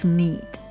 need